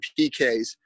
PKs